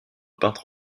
peintre